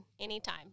Anytime